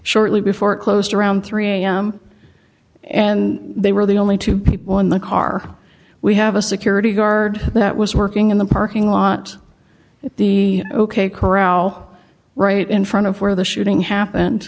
shortly before it closed around three am and they were the only two people in the car we have a security guard that was working in the parking lot at the ok corral right in front of where the shooting happened